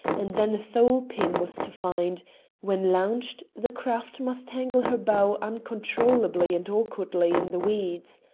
and then a thole-pin was to find when launched the craft must tangle her bow unaccountably and awkwardly in the weeds.